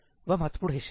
वह महत्वपूर्ण हिस्सा है